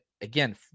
Again